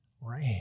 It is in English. Ran